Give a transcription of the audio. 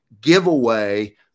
giveaway